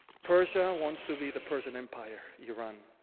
persia wants to be the persian empire, iran.